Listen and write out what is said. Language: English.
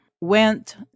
went